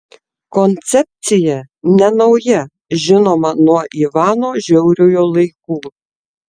koncepcija nenauja žinoma nuo ivano žiauriojo laikų